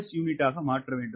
S யூனிட்டாக மாற்ற வேண்டும்